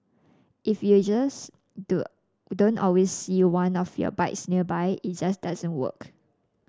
if users do don't always see one of your bikes nearby it just doesn't work